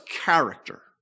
character